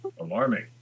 Alarming